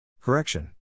Correction